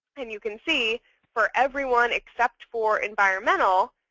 and you can see for everyone except for environmental,